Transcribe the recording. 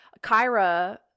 Kyra